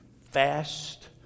fast